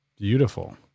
Beautiful